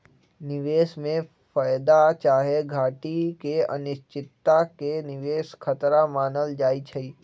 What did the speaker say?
निवेश में फयदा चाहे घटि के अनिश्चितता के निवेश खतरा मानल जाइ छइ